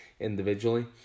individually